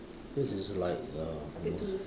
this is like the uh